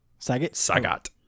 Sagat